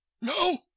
No